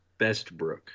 Bestbrook